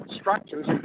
structures